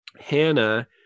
Hannah